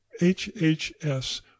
HHS